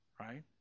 right